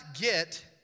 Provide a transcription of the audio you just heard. get